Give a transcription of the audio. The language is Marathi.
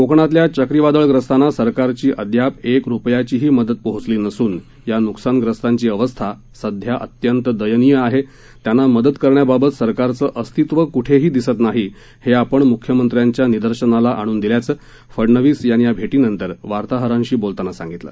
कोकणातल्या चक्रीवादळग्रस्तांना सरकारची अद्याप एक रुपयाचीही मदत पोहोचली नसून या नुकसानग्रस्तांची अवस्था सध्या अत्यंत दयनीय आहे त्यांना मदत करण्याबाबत सरकारचं अस्तित्व कुठेही दिसत नाही हे आपण मुख्यमंत्र्यांच्या निदर्शनाला आणून दिल्याचं फडनवीस यांनी या भेटीनंतर वार्ताहरांशी बोलताना सांगितलं